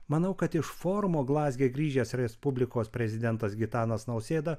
manau kad iš forumo glazge grįžęs respublikos prezidentas gitanas nausėda